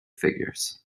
figures